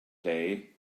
day